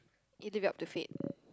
eat it up to fed